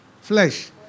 flesh